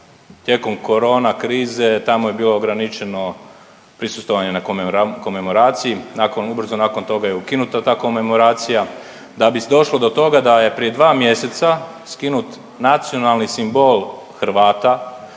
Tijekom korona krize tamo je bilo ograničeno prisustvovanje na Komemoraciji. Ubrzo nakon toga je ukinuta ta komemoracija da bi došlo do toga da je prije 2 mjeseca skinut nacionalni simbol Hrvata